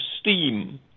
steam